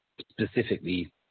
specifically